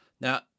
Now